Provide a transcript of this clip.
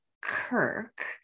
Kirk